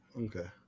Okay